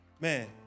Man